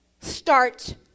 start